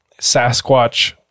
sasquatch